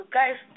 guys